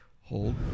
Hold